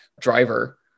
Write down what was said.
driver